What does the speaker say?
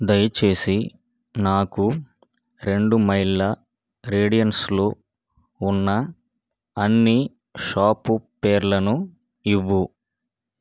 దయచేసి నాకు రెండు మైళ్ళ రేడియన్స్లో ఉన్న అన్ని షాపు పేర్లను ఇవ్వు